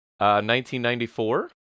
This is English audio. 1994